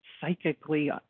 psychically